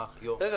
רן,